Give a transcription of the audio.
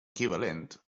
equivalent